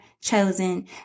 chosen